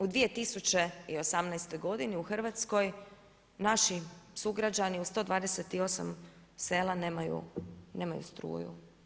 U 2018 godini u Hrvatskoj naši sugrađani u 128 sela nemaju struju.